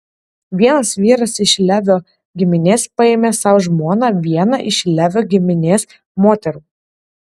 vienas vyras iš levio giminės paėmė sau žmona vieną iš levio giminės moterų